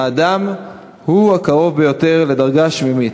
האדם הוא הקרוב ביותר לדרגה השמימית,